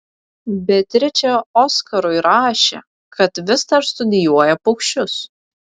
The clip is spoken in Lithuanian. beatričė oskarui rašė kad vis dar studijuoja paukščius